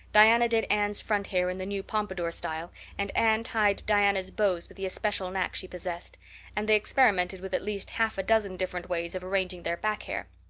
diana did anne's front hair in the new pompadour style and anne tied diana's bows with the especial knack she possessed and they experimented with at least half a dozen different ways of arranging their back hair.